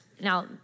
now